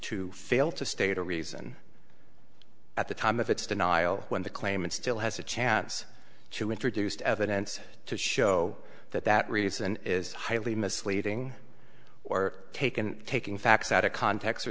to fail to state a reason at the time of its denial when the claimant still has a chance to introduce evidence to show that that reason is highly misleading or taken taking facts out of context